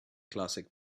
classic